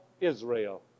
Israel